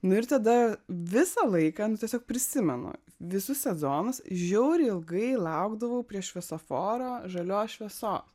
nu ir tada visą laiką nu tiesiog prisimenu visus sezonus žiauriai ilgai laukdavau prie šviesoforo žalios šviesos